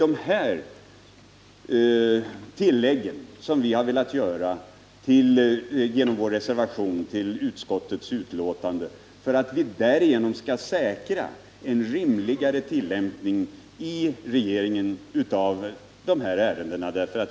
Dessa tillägg har vi velat göra genom vår reservation till utskottets betänkande för att därigenom säkra en rimlig tillämpning i regeringen av dessa bestämmelser.